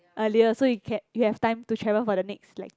earlier so you can you have time to travel for the next lecture